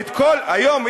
היום,